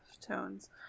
tones